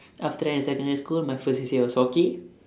after that in secondary school my first C_C_A was hockey